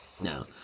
No